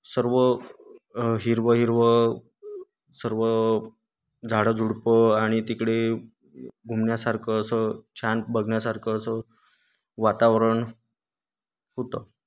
सर्व हिरवं हिरवं सर्व झाडं झुडपं आणि तिकडे घुमण्यासारखं असं छान बघण्यासारखं असं वातावरण होतं